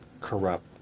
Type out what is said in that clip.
corrupt